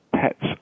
Pets